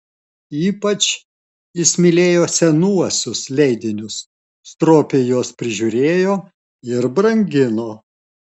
ypač jis mylėjo senuosius leidinius stropiai juos prižiūrėjo ir brangino